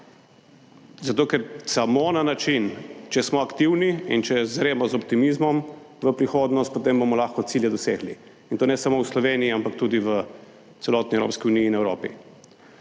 zato, ker samo na način, če smo aktivni in če zremo z optimizmom v prihodnost, potem bomo lahko cilje dosegli in to ne samo v Sloveniji, ampak tudi v celotni Evropski uniji in Evropi.